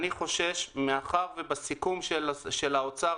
מאחר שבסיכום של האוצר,